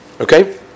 Okay